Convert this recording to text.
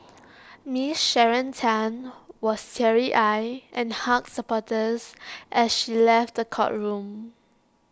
miss Sharon Tan was teary eyed and hugged supporters as she left the courtroom